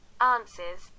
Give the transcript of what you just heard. answers